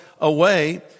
away